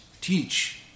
teach